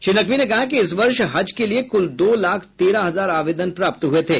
श्री नकवी ने कहा कि इस वर्ष हज के लिए कुल दो लाख तेरह हजार आवेदन प्राप्त हुए थे